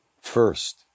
first